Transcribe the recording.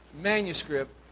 manuscript